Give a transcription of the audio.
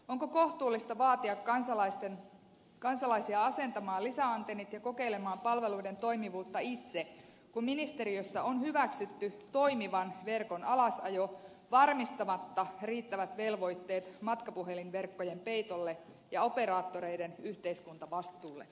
onko kohtuullista vaatia kansalaisia asentamaan lisäantennit ja kokeilemaan palveluiden toimivuutta itse kun ministeriössä on hyväksytty toimivan verkon alasajo varmistamatta riittäviä velvoitteita matkapuhelinverkkojen peitolle ja operaattoreiden yhteiskuntavastuulle